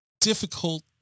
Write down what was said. Difficult